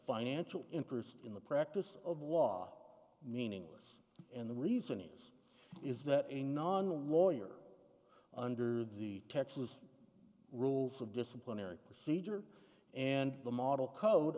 financial interest in the practice of law meaningless and the reason is is that a non lawyer under the texas rules of disciplinary procedures and the model code